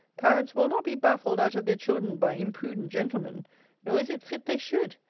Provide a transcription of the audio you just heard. parents will not be baffled out of their children by imprudent gentlemen nor is it fit they should.